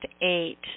eight –